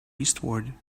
eastward